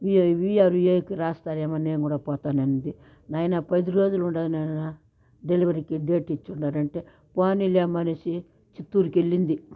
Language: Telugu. వీ విఆర్విఎ రాస్తా ఏమో నేను కూడా పోతానంది నాయనా పది రోజులు ఉన్నది నాయనా డెలివరీకి డేట్ ఇచ్చుండారు అంటే పోనీలేమ్మా అనేసి చిత్తూరుకు వెళ్ళింది